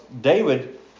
David